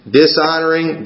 dishonoring